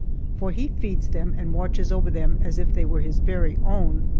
for he feeds them and watches over them as if they were his very own,